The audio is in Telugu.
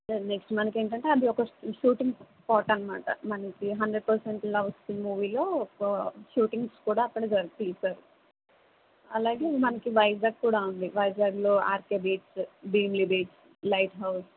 నెక్స్ట్ మనకేంటంటే అందులో ఒక షూటింగ్ స్పాట్ అనమాట మనకి హండ్రెడ్ పర్సెంట్ లవ్ మూవీలో షూటింగ్స్ కూడా అక్కడే జరిపి తీశారు అలాగే మనకి వైజాగ్ కూడ ఉంది వైజాగ్లో RK beach Bheemili beach light house